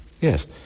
yes